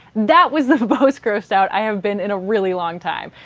that was the most grossed out i have been in a really long time.